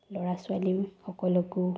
ল'ৰা ছোৱালীসকলকো